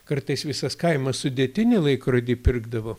kartais visas kaimas sudėtinį laikrodį pirkdavo